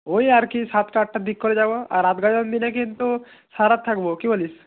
ওই আর কি সাতটা আটটার দিক করে যাব আর রাত গাজন দিনে কিন্তু সারা রাত থাকব কী বলিস